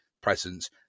presence